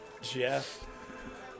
Jeff